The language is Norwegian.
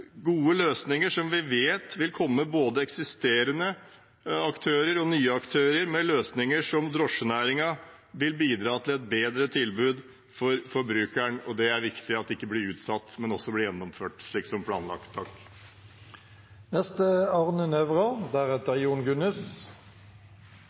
gode løsninger som vi vet vil komme fra både eksisterende aktører og nye aktører, løsninger i drosjenæringen som vil bidra til et bedre tilbud for forbrukeren. Det er viktig at ikke blir utsatt, men blir gjennomført slik som planlagt.